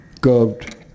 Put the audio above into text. curved